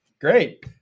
Great